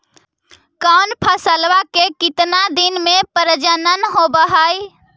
कौन फैसल के कितना दिन मे परजनन होब हय?